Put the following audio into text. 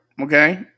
Okay